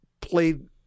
played